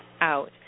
out